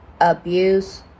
abuse